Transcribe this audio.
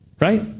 Right